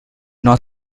not